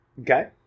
Okay